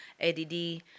ADD